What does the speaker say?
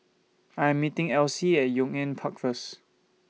I'm meeting Esley At Yong An Park First